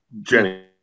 Jenny